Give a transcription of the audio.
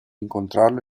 incontrarlo